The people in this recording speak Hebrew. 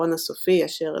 "הפתרון הסופי" אשר,